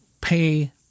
pay